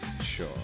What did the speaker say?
sure